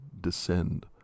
descend